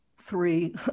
three